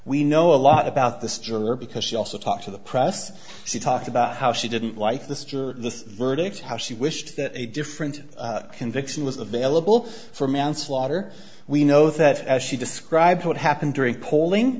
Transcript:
we know a lot about this juror because she also talked to the press she talked about how she didn't like this to this verdict how she wished that a different conviction was available for manslaughter we know that as she described what happened during polling